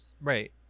right